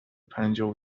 پنجاه